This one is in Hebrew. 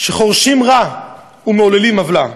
שחורשים רע ומעוללים עוולה.